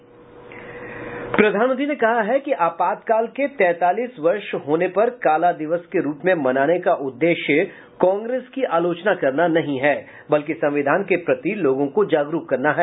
प्रधानमंत्री ने कहा है कि आपातकाल के तैंतालीस वर्ष होने पर काला दिवस के रूप में मनाने का उद्देश्य कांग्रेस की आलोचना करना नहीं है बल्कि संविधान के प्रति लोगों को जागरूक करना है